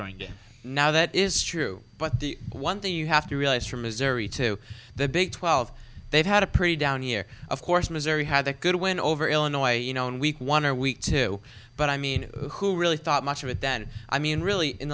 going to now that is true but the one thing you have to realize from missouri to the big twelve they've had a pretty down here of course missouri had a good win over illinois you know in week one or week two but i mean who really thought much of it then i mean really in